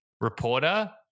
reporter